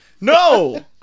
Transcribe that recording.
No